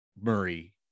murray